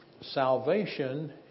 salvation